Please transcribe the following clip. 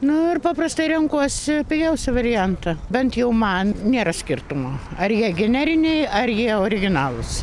nu ir paprastai renkuosi pigiausią variantą bent jau man nėra skirtumo ar jie generiniai ar jie originalūs